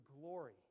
glory